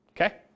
okay